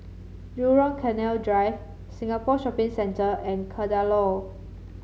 Jurong Canal Drive Singapore Shopping Centre and Kadaloor